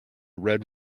red